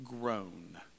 grown